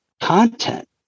content